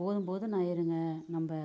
போதும் போதும்னு ஆயிடுங்க நம்ம